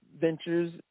ventures